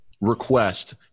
request